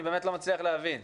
אני לא מצליח להבין.